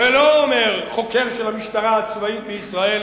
את זה לא אומר חוקר של המשטרה הצבאית מישראל